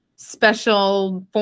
special